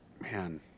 man –